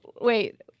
Wait